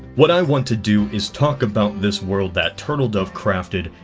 what i want to do is talk about this world that turtledove crafted.